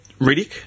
Riddick